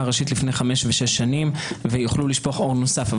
הראשית לפני 5 ו-6 שנים ויוכלו לשפוך אור נוסף.